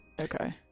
Okay